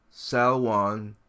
Salwan